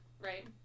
right